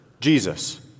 Jesus